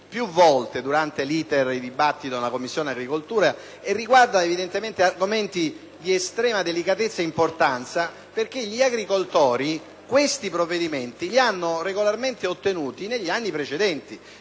più volte nel corso del dibattito in Commissione agricoltura e che riguardano evidentemente argomenti di estrema delicatezza ed importanza, perché gli agricoltori queste misure le hanno regolarmente ottenute negli anni precedenti.